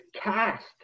cast